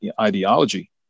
ideology